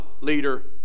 leader